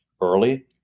early